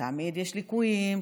תמיד יש ליקויים,